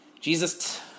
Jesus